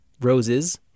Roses